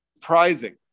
surprising